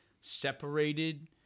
separated